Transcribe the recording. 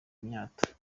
imyato